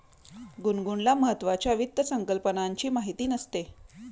गुनगुनला महत्त्वाच्या वित्त संकल्पनांची माहिती नसते